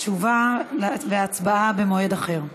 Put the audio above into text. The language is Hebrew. תשובה והצבעה במועד אחר.